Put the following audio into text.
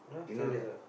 you know that